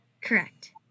Correct